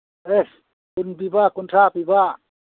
ꯑꯦ ꯀꯨꯟ ꯄꯤꯕ ꯀꯨꯟꯊ꯭ꯔꯥ ꯄꯤꯕ